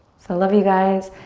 so love you guys.